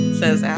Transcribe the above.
says